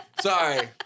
Sorry